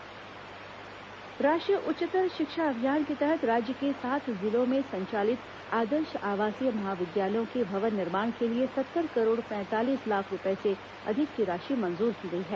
आदर्श आवासीय महाविद्यालय राष्ट्रीय उच्चतर शिक्षा अभियान के तहत राज्य के सात जिलों में संचालित आदर्श आवासीय महाविद्यालयों के भवन निर्माण के लिए सत्तर करोड़ पैंतीलीस लाख रूपये से अधिक राशि की मंजूरी दी गई है